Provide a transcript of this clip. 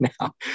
now